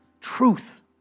Truth